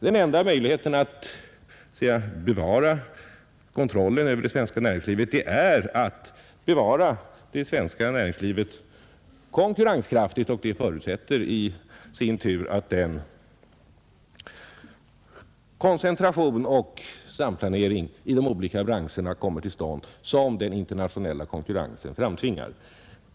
Den enda möjligheten att i Sverige på sikt behålla kontrollen över det svenska näringslivet är att bevara dess konkurrenskraft, och det är något som i sin tur förutsätter att vi får till stånd den koncentration och samplanering i olika branscher som den internationella konkurrensen framtvingar.